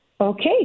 Okay